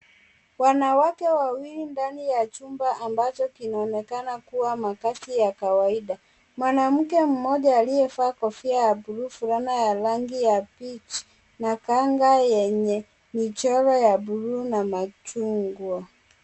Wanawake wawili ndani ya chumba ambacho kinaonekana kuwa makazi ya kawaida. Mwanamke mmoja aliyevaa kofia ya bluu fulana ya rangi ya kibichi na kanga yenye mchoro ya bluu na machungwa.